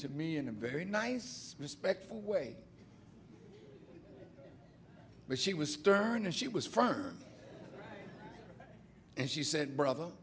to me in a very nice respectful way but she was stern and she was firm and she said br